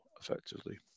effectively